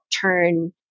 turn